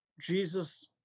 Jesus